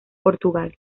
portugal